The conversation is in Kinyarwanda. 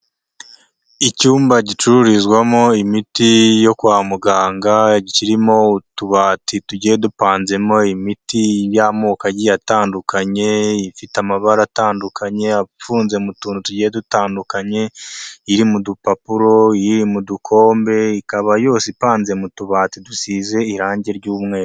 Icyumba gicururizwamo imiti yo kwa muganga kirimo utubati tugiye dupanzemo imiti y'amoko agiye atandukanye, ifite amabara atandukanye, afunze mu tuntu tugiye dutandukanye, iri mu dupapuro rii mu dukombe ikaba yose ipanze mu tubati dusize irangi ry'umweru.